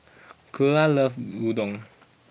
Cleola loves Udon